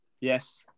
Yes